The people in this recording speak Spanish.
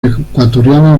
ecuatoriana